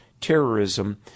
terrorism